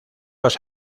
los